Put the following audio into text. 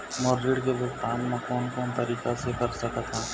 मोर ऋण के भुगतान म कोन कोन तरीका से कर सकत हव?